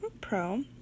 Pro